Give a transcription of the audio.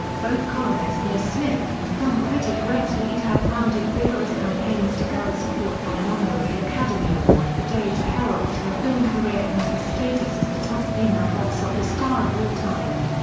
both columnist liz smith and film critic rex reed have mounted vigorous campaigns to gather support for an honorary academy award for day to herald her film career and her status as the top female box-office star of all time.